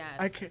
yes